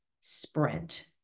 sprint